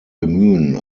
bemühen